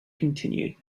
continued